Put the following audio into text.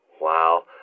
Wow